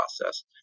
process